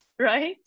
right